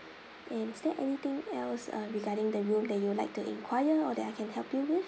and is there anything else uh regarding the room that you would like to enquire or that I can help you with